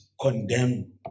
condemn